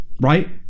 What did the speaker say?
right